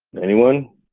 anyone?